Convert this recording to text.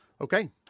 Okay